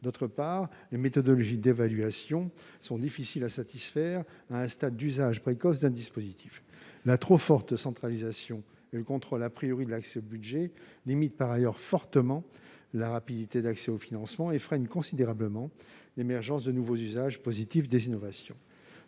D'autre part, les méthodologies d'évaluation sont difficiles à satisfaire à un stade d'usage précoce d'un dispositif. La trop forte centralisation et le contrôle de l'accès aux budgets limitent par ailleurs fortement la rapidité d'accès au financement et freinent considérablement l'émergence de nouveaux usages positifs des innovations.